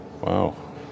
Wow